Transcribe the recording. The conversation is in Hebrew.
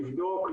לבדוק,